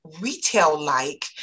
retail-like